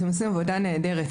אתם עושים עבודה נהדרת.